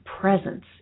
presence